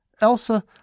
Elsa